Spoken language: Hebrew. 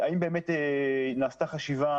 האם באמת נעשתה חשיבה?